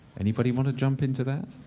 any body want to jump into that?